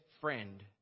friend